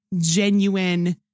genuine